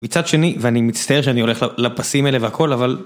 מצד שני, ואני מצטער שאני הולך לפסים האלה והכל, אבל...